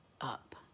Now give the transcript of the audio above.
up